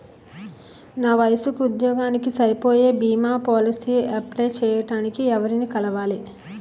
నా వయసుకి, ఉద్యోగానికి సరిపోయే భీమా పోలసీ అప్లయ్ చేయటానికి ఎవరిని కలవాలి?